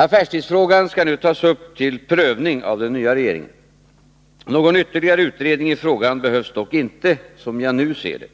Affärstidsfrågan skall nu tas upp till prövning av den nya regeringen. Någon ytterligare utredning i frågan behövs dock inte som jag nu ser det.